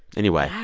anyway,